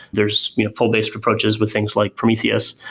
there's pool-based approaches with things like prometheus.